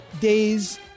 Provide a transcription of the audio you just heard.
days